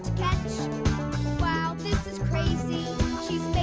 catch wow, this is crazy